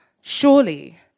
Surely